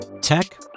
Tech